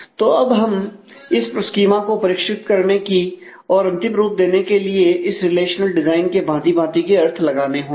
तो अब हमे इस स्कीमा को परिष्कृत करने और अंतिम रूप देने के लिए इस रिलेशनल डिजाइन के भांति भांति के अर्थ लगाने होंगे